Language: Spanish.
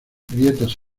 grietas